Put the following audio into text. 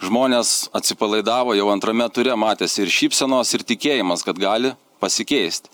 žmonės atsipalaidavo jau antrame ture matėsi ir šypsenos ir tikėjimas kad gali pasikeisti